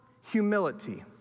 humility